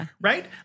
right